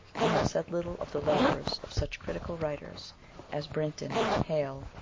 i have said little of the labors of such critical writers as brinton, hale,